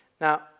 Now